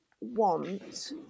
want